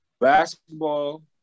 Basketball